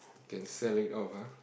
can sell it off ah